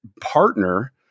partner